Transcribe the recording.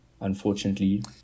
Unfortunately